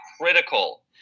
critical